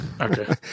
Okay